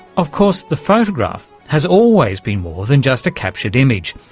of course the photograph has always been more than just a captured image,